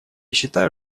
считаю